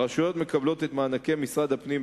הרשויות מקבלות את מענקי משרד הפנים,